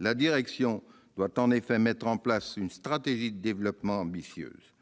La direction doit en effet mettre en place très rapidement une stratégie de développement ambitieuse.